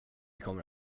kommer